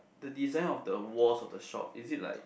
the design of the walls of the shop is it like